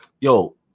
yo